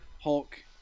Hulk